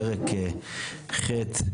פרק ח'.